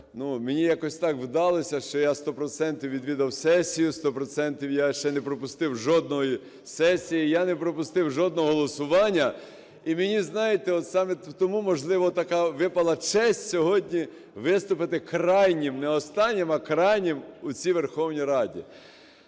мені якось так вдалося, що я сто процентів відвідував сесію, сто процентів, я ще не пропустив жодної сесії, я не пропустив жодного голосування. І мені, знаєте, от саме тому, можливо, така випала честь сьогодні виступити крайнім, не останнім, а крайнім у цій Верховній Раді.